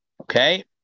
Okay